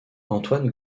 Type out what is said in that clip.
antoine